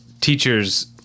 teachers